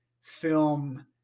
film